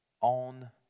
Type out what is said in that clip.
on